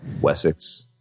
Wessex